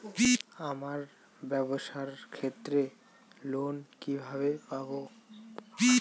আমার ব্যবসার ক্ষেত্রে লোন কিভাবে পাব?